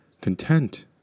content